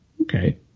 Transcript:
Okay